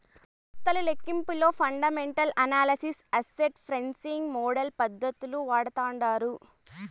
ఆస్తుల లెక్కింపులో fundamental analysis, asset pricing model పద్దతులు వాడతాండారు